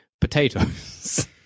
potatoes